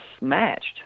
matched